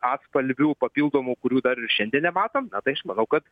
atspalvių papildomų kurių dar ir šiandien nematom na tai aš manau kad